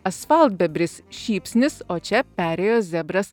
asfaltbebris šypsnis o čia perėjos zebras